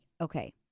okay